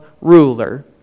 ruler